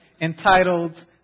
entitled